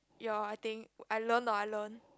your I think I learn or I learn